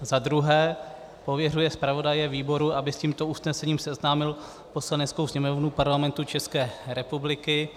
II. pověřuje zpravodaje výboru, aby s tímto usnesením seznámil Poslaneckou sněmovnu Parlamentu České republiky;